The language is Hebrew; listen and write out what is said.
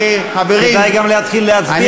כדאי גם להתחיל להצביע באיזה שלב.